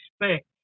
expect